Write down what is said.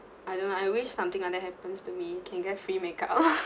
I don't know I wish something like that happens to me you can get free makeup ah